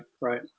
right